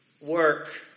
work